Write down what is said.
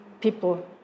people